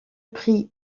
prix